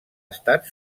estat